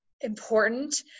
important